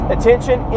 Attention